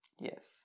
Yes